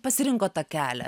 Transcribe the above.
pasirinkot tą kelią